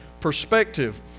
perspective